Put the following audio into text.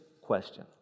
question